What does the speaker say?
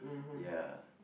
ya